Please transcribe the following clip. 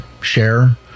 share